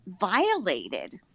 violated